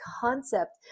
concept